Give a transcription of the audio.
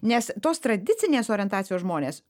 nes tos tradicinės orientacijos žmonės